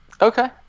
Okay